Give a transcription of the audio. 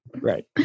Right